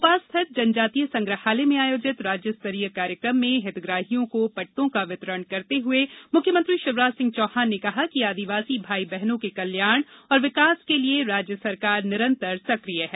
भोपाल स्थित जनजातीय संग्रहालय में आयोजित राज्य स्तरीय कार्यक्रम में हितग्राहियों को पट्टों का वितरण करते हुए मुख्यमंत्री शिवराज सिंह चौहान ने कहा कि आदिवासी भाई बहनों के कल्याण और विकास के लिये राज्य सरकार निरंतर सक्रिय है